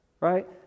Right